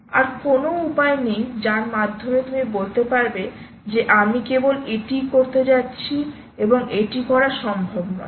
আরকোনও উপায় নেই যার মাধ্যমে তুমি বলতে পারবে যে আমি কেবল এটিই করতে যাচ্ছি এবং এটি করা সম্ভব নয়